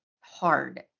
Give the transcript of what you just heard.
hard